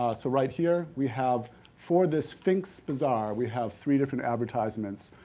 ah so, right here, we have for this fink's bazar, we have three different advertisements,